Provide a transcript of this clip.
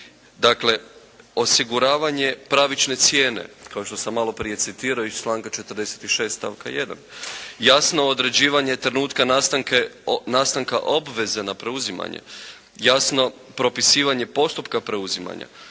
Dakle, osiguravanje pravične cijene kao što sam malo prije citirao iz članka 46. stavka 1. jasno određivanje trenutka nastanka obveze na preuzimanje, jasno propisivanje postupka preuzimanja,